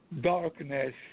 darkness